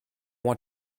want